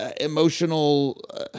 emotional